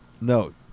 No